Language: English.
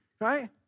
right